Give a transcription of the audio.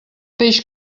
peix